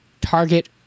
Target